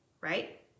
right